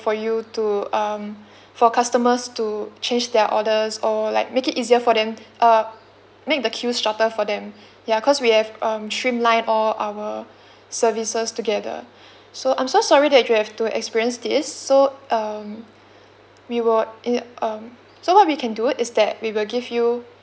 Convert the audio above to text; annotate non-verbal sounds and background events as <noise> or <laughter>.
for you to um for customers to change their orders or like make it easier for them uh make the queue shorter for them ya because we have um streamlined all our services together <breath> so I'm so sorry that you have to experience this so um we will in um so what we can do is that we will give you